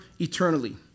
eternally